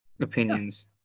opinions